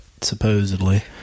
supposedly